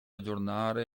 aggiornare